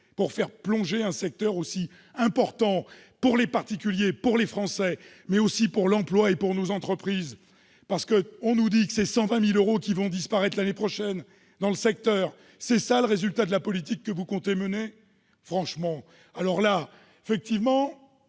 pour faire plonger un secteur aussi important pour les particuliers et pour les Français, mais aussi pour l'emploi et nos entreprises ? On nous dit que 120 000 emplois vont disparaître l'année prochaine dans le secteur. C'est cela le résultat de la politique que vous comptez mener ? Effectivement,